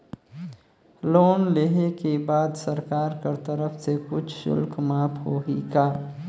Loan लेहे के बाद सरकार कर तरफ से कुछ शुल्क माफ होही का?